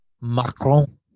Macron